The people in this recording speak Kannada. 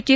ಟಿ